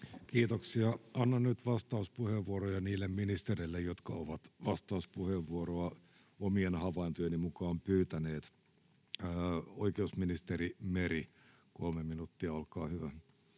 Kiitoksia. — Annan nyt vastauspuheenvuoroja niille ministereille, jotka ovat vastauspuheenvuoroa omien havaintojeni mukaan pyytäneet. — Oikeusministeri Meri, kolme minuuttia, olkaa hyvä.